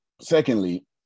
secondly